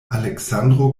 aleksandro